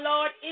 Lord